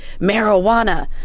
marijuana